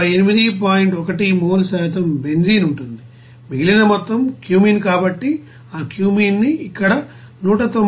1 mole శాతం benzene ఉంటుంది మిగిలిన మొత్తం క్యూమీన్ కాబట్టి ఆ క్క్యూమీన్ని ఇక్కడ 193